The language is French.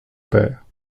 père